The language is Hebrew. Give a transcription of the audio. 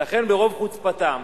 ולכן ברוב חוצפתם,